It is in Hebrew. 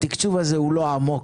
התקצוב הזה הוא לא עמוק,